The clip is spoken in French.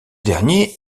derniers